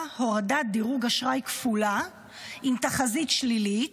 הורדת דירוג אשראי כפולה עם תחזית שלילית,